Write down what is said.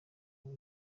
aho